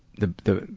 the, the,